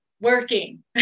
working